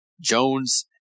Jones